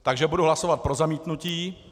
Takže budu hlasovat pro zamítnutí.